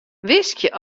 wiskje